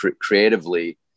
creatively